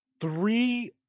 three